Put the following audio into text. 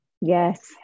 Yes